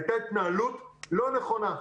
הייתה התנהלות לא נכונה.